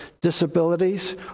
disabilities